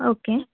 okay